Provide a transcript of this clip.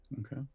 okay